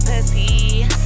pussy